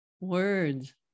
Words